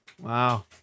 Wow